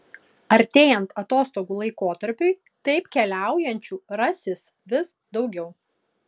artėjant atostogų laikotarpiui taip keliaujančių rasis vis daugiau